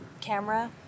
camera